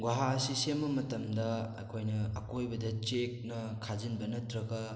ꯒꯨꯍꯥ ꯑꯁꯤ ꯁꯦꯝꯕ ꯃꯇꯝꯗ ꯑꯩꯈꯣꯏꯅ ꯑꯀꯣꯏꯕꯗ ꯆꯦꯛꯅ ꯈꯥꯖꯤꯟꯕ ꯅꯠꯇ꯭ꯔꯒ